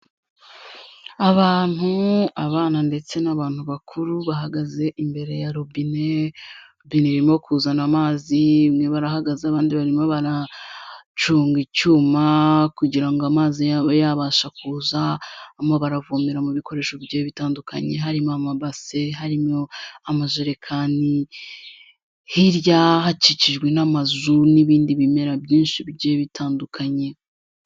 Abantu, abana ndetse n'abantu bakuru bahagaze imbere ya robine, robine irimo kuzana amazi, bamwe barahagaze abandi barimo baracunga icyuma, kugira ngo amazi yabo yabasha kuza, barimo baravomera mu bikoresho bigiye bitandukanye harimo: amabase, harimo amajerekani, hirya hakikijwe n'amazu n'ibindi bimera byinshi bigiye bitandukanye.